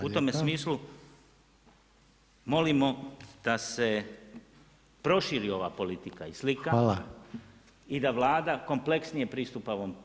U tome smislu molimo da se proširi ova politika i slika i da Vlada kompleksnije pristupa ovom problemu.